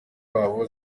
wabo